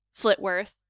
Flitworth